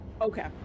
okay